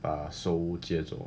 把 soul 接走